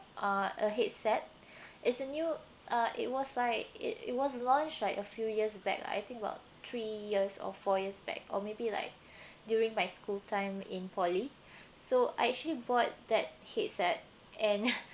uh a headset is a new uh it was like it was launched like a few years back I think about three years or four years back or maybe like during my school time in poly so I actually bought that headset and